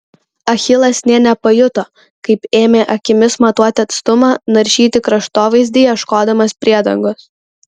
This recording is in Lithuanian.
achilas nė nepajuto kaip ėmė akimis matuoti atstumą naršyti kraštovaizdį ieškodamas priedangos